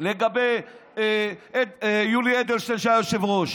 לגבי יולי אדלשטיין, כשהוא היה היושב-ראש.